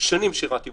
שנים שירתי במשטרה,